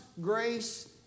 grace